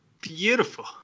Beautiful